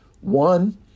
one